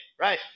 Right